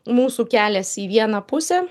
mūsų kelias į vieną pusę